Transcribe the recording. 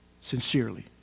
sincerely